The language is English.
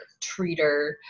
treater